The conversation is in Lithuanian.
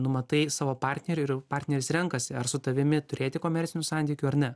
numatai savo partneriui ir partneris renkasi ar su tavimi turėti komercinių santykių ar ne